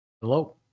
Hello